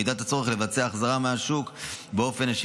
ובמידת הצורך לבצע החזרה מהשוק באופן אשר